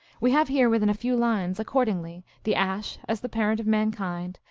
we have here within a few lines, accordingly, the ash as the parent of mankind,